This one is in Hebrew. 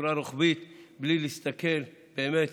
בצורה רוחבית, בלי להסתכל באמת